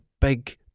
big